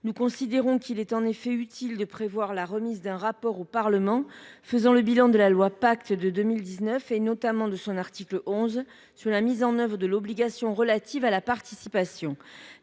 Nous considérons qu’il est utile de prévoir la remise d’un rapport au Parlement dressant le bilan de la loi Pacte de 2019, notamment son article 11, dont l’objet est la mise en œuvre de l’obligation relative à la participation.